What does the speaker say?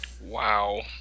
Wow